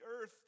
earth